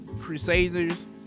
Crusaders